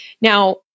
Now